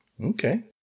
Okay